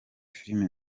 filime